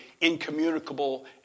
incommunicable